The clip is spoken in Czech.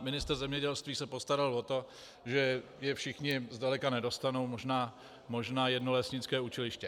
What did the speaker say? Ministr zemědělství se postaral o to, že je všichni zdaleka nedostanou, možná jedno lesnické učiliště.